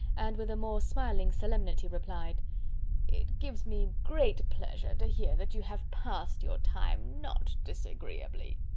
and with a more smiling solemnity replied it gives me great pleasure to hear that you have passed your time not disagreeably.